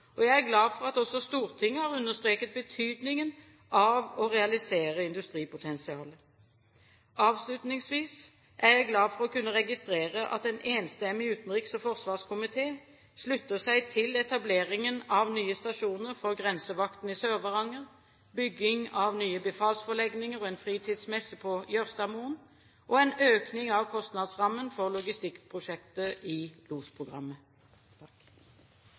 anskaffelseskostnaden. Jeg er glad for at også Stortinget har understreket betydningen av å realisere industripotensialet. Avslutningsvis vil jeg si at jeg er glad for å kunne registrere at en enstemmig utenriks- og forsvarskomité slutter seg til etableringen av nye stasjoner for grensevakten i Sør-Varanger, bygging av nye befalsforlegninger og en fritidsmesse på Jørstadmoen, og en økning av kostnadsrammen for Logistikkprosjektet i